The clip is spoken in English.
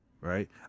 right